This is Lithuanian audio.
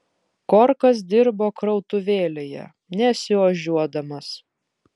korkas dirbo krautuvėlėje nesiožiuodamas